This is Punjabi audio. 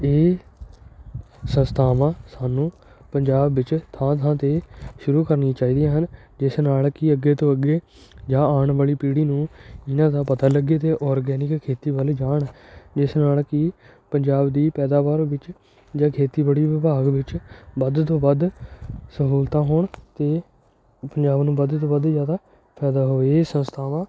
ਇਹ ਸੰਸਥਾਵਾਂ ਸਾਨੂੰ ਪੰਜਾਬ ਵਿੱਚ ਥਾਂ ਥਾਂ 'ਤੇ ਸ਼ੁਰੂ ਕਰਨੀਆਂ ਚਾਹੀਦੀਆਂ ਹਨ ਜਿਸ ਨਾਲ ਕਿ ਅੱਗੇ ਤੋਂ ਅੱਗੇ ਜਾਂ ਆਉਣ ਵਾਲੀ ਪੀੜ੍ਹੀ ਨੂੰ ਜਿਨ੍ਹਾਂ ਦਾ ਪਤਾ ਲੱਗੇ ਅਤੇ ਔਰਗੈਨਿਕ ਖੇਤੀ ਵੱਲ ਜਾਣ ਜਿਸ ਨਾਲ ਕਿ ਪੰਜਾਬ ਦੀ ਪੈਦਾਵਾਰ ਵਿੱਚ ਜਾਂ ਖੇਤੀਬਾੜੀ ਵਿਭਾਗ ਵਿੱਚ ਵੱਧ ਤੋਂ ਵੱਧ ਸਹੂਲਤਾਂ ਹੋਣ ਅਤੇ ਪੰਜਾਬ ਨੂੰ ਵੱਧ ਤੋਂ ਵੱਧ ਜ਼ਿਆਦਾ ਫਾਇਦਾ ਹੋਵੇ ਇਹ ਸੰਸਥਾਵਾਂ